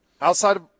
Outside